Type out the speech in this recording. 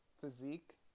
physique